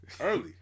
early